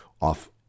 off